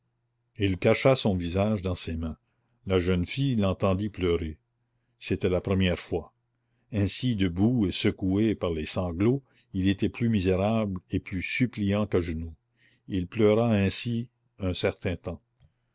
il cacha son visage dans ses mains la jeune fille l'entendit pleurer c'était la première fois ainsi debout et secoué par les sanglots il était plus misérable et plus suppliant qu'à genoux il pleura ainsi un certain temps